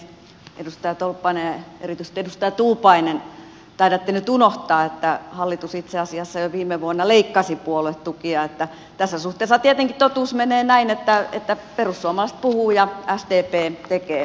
edustaja tolppanen ja erityisesti edustaja tuupainen taidatte nyt unohtaa että hallitus itse asiassa jo viime vuonna leikkasi puoluetukia niin että tässä suhteessa tietenkin totuus menee näin että perussuomalaiset puhuu ja sdp tekee